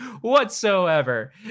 whatsoever